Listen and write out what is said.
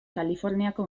kaliforniako